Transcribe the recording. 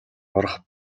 орох